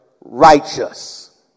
righteous